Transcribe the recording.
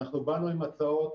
באנו עם הצעות,